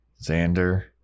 Xander